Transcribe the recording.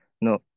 no